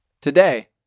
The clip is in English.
Today